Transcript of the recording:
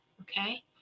okay